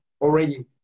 already